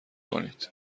کنید